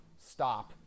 Stop